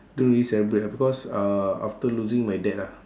don't really celebrate because uh after losing my dad ah